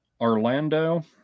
Orlando